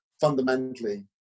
fundamentally